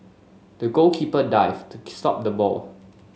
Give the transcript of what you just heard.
the goalkeeper dived to stop the ball